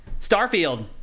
Starfield